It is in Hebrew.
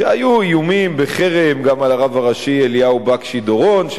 שהיו איומים בחרם גם על הרב הראשי אליהו בקשי-דורון,